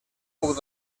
puc